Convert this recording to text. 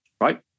right